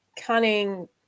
cunning